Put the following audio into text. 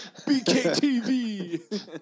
BKTV